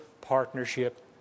partnership